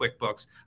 QuickBooks